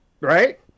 Right